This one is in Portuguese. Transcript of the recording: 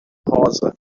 rosa